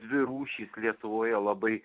dvi rūšis lietuvoje labai